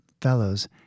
fellows